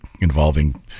involving